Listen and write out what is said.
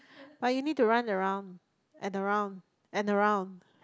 but you need to run around and around and around